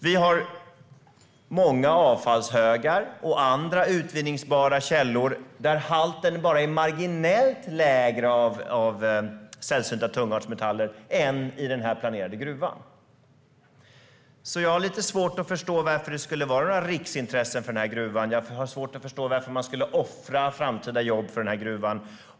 Vi har många avfallshögar och andra utvinnbara källor där halten sällsynta jordartsmetaller bara är marginellt lägre än i den planerade gruvan. Jag har därför lite svårt att förstå varför den här gruvan skulle vara ett riksintresse. Jag har svårt att förstå varför man skulle offra framtida jobb för gruvan.